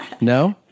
No